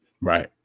Right